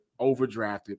overdrafted